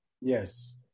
Yes